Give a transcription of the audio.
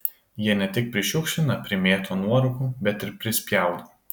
jie ne tik prišiukšlina primėto nuorūkų bet ir prispjaudo